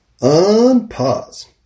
Unpause